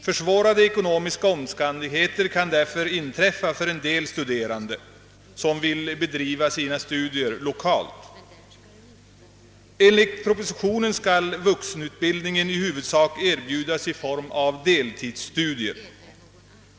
Försvårade ekonomiska omständigheter kan därför inträffa för den del studerande som vill bedriva sina studier lokalt. Enligt propositionen skall vuxenutbildningen i huvudsak erbjudas i form av deltidsstudier.